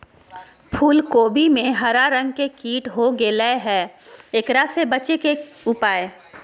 फूल कोबी में हरा रंग के कीट हो गेलै हैं, एकरा से बचे के उपाय?